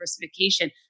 diversification